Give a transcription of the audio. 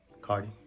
Cardi